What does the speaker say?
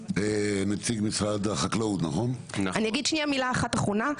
אני אגיד מילה אחת אחרונה.